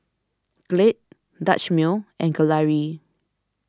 Glade Dutch Mill and Gelare